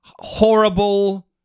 Horrible